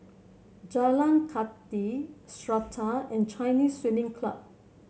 Jalan Kathi Strata and Chinese Swimming Club